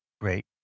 Great